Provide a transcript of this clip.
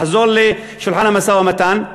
לחזור לשולחן המשא-ומתן.